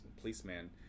policeman